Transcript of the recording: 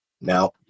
Now